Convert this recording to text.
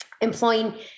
employing